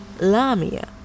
Lamia